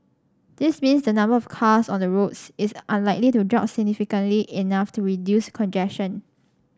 this means the number of cars on the roads is unlikely to drop significantly enough to reduce congestion